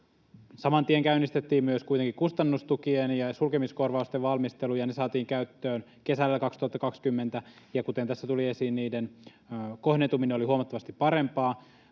Saman tien käynnistettiin myös kuitenkin kustannustukien ja sulkemiskorvausten valmistelu, ja ne saatiin käyttöön kesällä 2020, ja kuten tässä tuli esiin, niiden kohdentuminen oli huomattavasti parempaa.